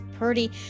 Purdy